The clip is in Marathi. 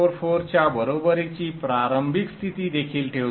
19444 च्या बरोबरीची प्रारंभिक स्थिती देखील ठेवतो